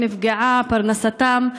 שנפגעה פרנסתם,